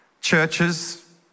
churches